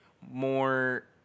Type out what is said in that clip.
more